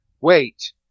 wait